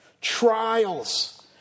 trials